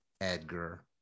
Edgar